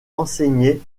enseignait